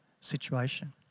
situation